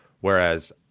Whereas